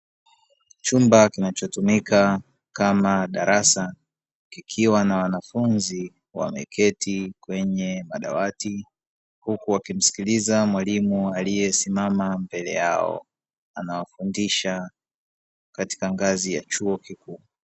Chumba kinachotumika kama darasa kikiwa na wanafunzi wameketi kwenye madawati huku, wakimsikiliza mwalimu aliyesimama mbele yao anawafundisha katika ngazi ya chuo kikuu.